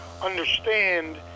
understand